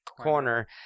corner